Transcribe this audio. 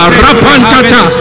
rapantata